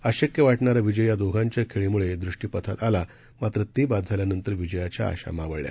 अशक्य वाटणारा विजय या दोघांच्या खेळीमुळे दृष्टीपथाक आला मात्र ते बाद झाल्यानंतर विजयाच्या आशा मावळल्या